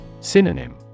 Synonym